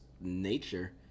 nature